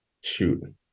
shoot